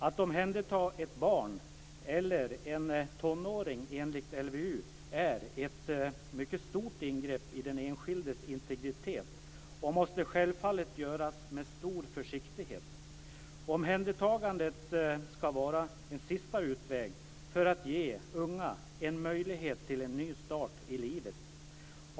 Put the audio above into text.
Att omhänderta ett barn eller en tonåring enligt LVU är ett mycket stort ingrepp i den enskildes integritet och måste självfallet göras med stor försiktighet. Omhändertagandet ska vara en sista utväg för att ge unga en möjlighet till en ny start i livet.